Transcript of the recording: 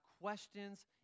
questions